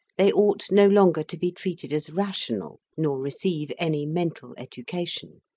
they ought no longer to be treated as rational, nor receive any mental education.